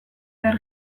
behar